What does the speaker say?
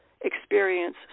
experience